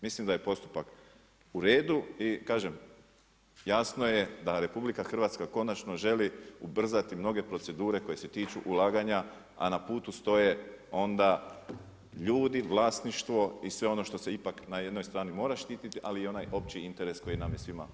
Mislim da je postupak uredu i kažem, jasno je da RH konačno želi ubrzati mnoge procedure koje se tiču ulaganja, a na putu stoje onda ljudi, vlasništvo i sve ono što se ipak na jednoj strani mora štititi, ali i onaj opći interes koji nam je svima važan.